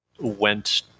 went